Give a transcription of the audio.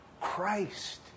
Christ